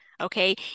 okay